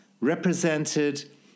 represented